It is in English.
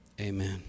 Amen